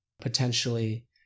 potentially